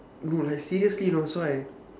no like seriously you know so I